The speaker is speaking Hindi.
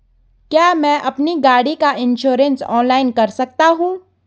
क्या मैं अपनी गाड़ी का इन्श्योरेंस ऑनलाइन कर सकता हूँ?